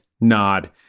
nod